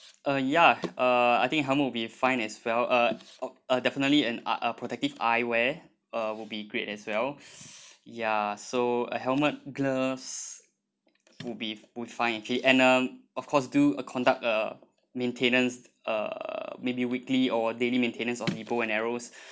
uh ya uh I think helmet will be fine as well uh of uh definitely an uh a productive eye wear uh will be great as well ya so a helmet gloves would be would fine K and uh of course do uh conduct a maintenance uh maybe weekly or daily maintenance on the bow and arrows